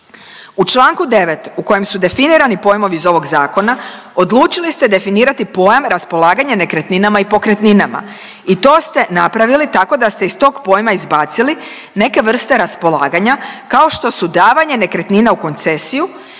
U čl. 9 u kojem su definirani pojmovi iz ovog Zakona, odlučili ste definirati pojam raspolaganje nekretninama i pokretninama i to ste napravili tako da ste iz tog pojma izbacili neke vrste raspolaganja kao što su davanje nekretnine u koncesiju